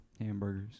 Hamburgers